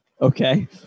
Okay